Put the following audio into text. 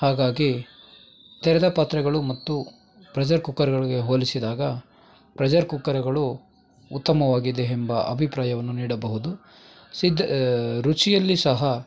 ಹಾಗಾಗಿ ತೆರೆದ ಪಾತ್ರೆಗಳು ಮತ್ತು ಪ್ರೆಝರ್ ಕುಕ್ಕರ್ಗಳಗೆ ಹೋಲಿಸಿದಾಗ ಪ್ರೆಝರ್ ಕುಕ್ಕರ್ಗಳು ಉತ್ತಮವಾಗಿದೆ ಎಂಬ ಅಭಿಪ್ರಾಯವನ್ನು ನೀಡಬಹುದು ಸಿದ್ ರುಚಿಯಲ್ಲಿ ಸಹ